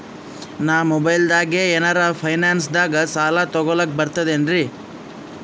ನಾ ಮೊಬೈಲ್ದಾಗೆ ಏನರ ಫೈನಾನ್ಸದಾಗ ಸಾಲ ತೊಗೊಲಕ ಬರ್ತದೇನ್ರಿ?